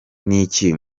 n’iki